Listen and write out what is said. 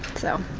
so